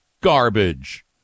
garbage